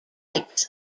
types